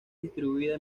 distribuida